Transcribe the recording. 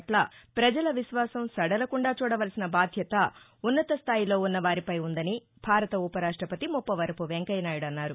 వట్ల ప్రజల విశ్వానం నడలకుండా చూడవలసిన బాధ్యత ఉన్నత స్థాయిలో ఉన్నవారిపై ఉందని భారత ఉప రాష్టవతి ముప్పవరపు వెంకయ్యనాయుడు అన్నారు